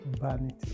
vanity